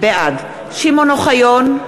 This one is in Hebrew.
בעד שמעון אוחיון,